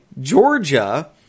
Georgia